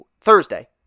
Thursday